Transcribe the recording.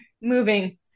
Moving